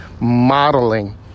modeling